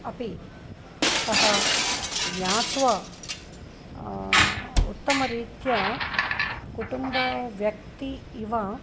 अपि सः ज्ञात्वा उत्तमरीत्या कुटुम्बव्यक्तेः इव